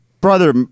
brother